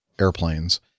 airplanes